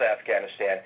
Afghanistan